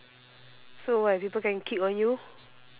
so what people can kick on you